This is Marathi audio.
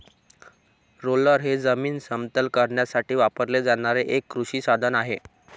रोलर हे जमीन समतल करण्यासाठी वापरले जाणारे एक कृषी साधन आहे